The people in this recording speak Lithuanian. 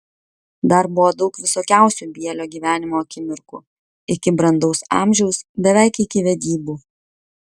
dar buvo daug visokiausių bielio gyvenimo akimirkų iki brandaus amžiaus beveik iki vedybų